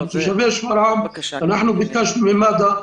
ביקשנו ממד"א.